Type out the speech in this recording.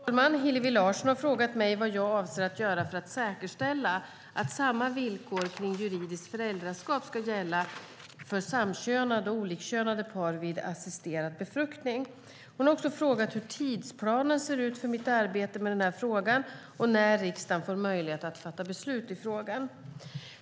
Fru talman! Hillevi Larsson har frågat mig vad jag avser att göra för att säkerställa att samma villkor kring juridiskt föräldraskap ska gälla för samkönade och olikkönade par vid assisterad befruktning. Hon har också frågat hur tidsplanen för mitt arbete med denna fråga ser ut och när riksdagen får möjlighet att fatta beslut i frågan.